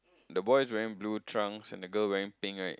the boy is wearing blue trunks and the girl wearing pink right